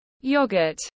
yogurt